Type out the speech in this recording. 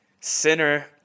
Sinner